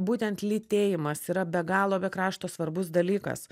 būtent lytėjimas yra be galo be krašto svarbus dalykas